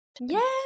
Yes